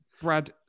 Brad